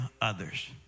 others